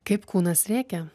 kaip kūnas rėkia